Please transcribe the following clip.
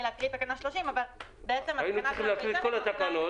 להקריא את תקנה 30. היינו צריכים להקריא את כל התקנות.